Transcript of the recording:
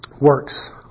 works